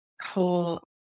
whole